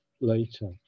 later